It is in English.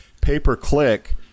pay-per-click